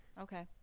okay